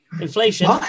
inflation